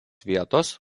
vietos